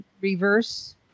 reverse